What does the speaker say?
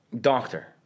doctor